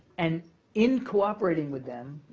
and in cooperating with them,